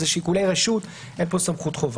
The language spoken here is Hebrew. אלה שיקולי רשות, אין פה סמכות חובה.